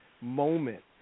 moment